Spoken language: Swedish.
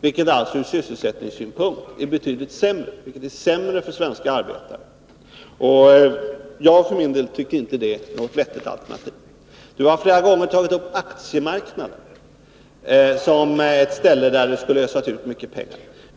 vilket från sysselsättningssynpunkt är betydligt sämre för svenska arbetare. Jag för min del tycker inte detta är något vettigt alternativ. Lars-Ove Hagberg har flera gånger tagit upp aktiemarknaden som ett ställe där det skulle ösas ut mycket pengar.